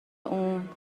اون